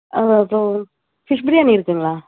அப்புறம் ஃபிஷ் பிரியாணி இருக்குதுங்களா